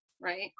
Right